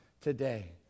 today